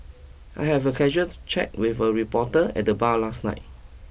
I have a casual chat with a reporter at the bar last night